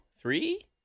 three